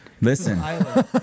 Listen